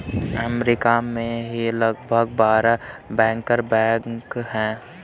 अमरीका में ही लगभग बारह बैंकर बैंक हैं